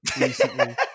recently